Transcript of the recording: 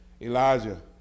Elijah